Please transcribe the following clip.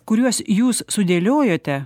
kuriuos jūs sudėliojote